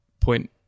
point